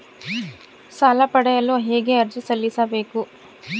ಸಾಲ ಪಡೆಯಲು ಹೇಗೆ ಅರ್ಜಿ ಸಲ್ಲಿಸಬೇಕು?